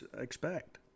expect